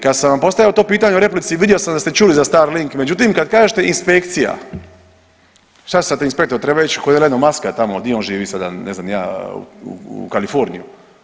Kad sam vam postavio to pitanje u replici, vidio sam da ste čuli za Starlink međutim, kad kažete inspekcija, šta sad, inspektor treba ići kod Elona Muska tamo di on živi sada, ne znam ni ja, u Kaliforniju?